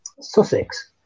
Sussex